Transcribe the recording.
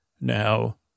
Now